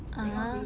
(uh huh)